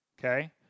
Okay